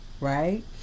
right